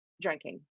drinking